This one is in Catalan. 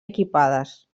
equipades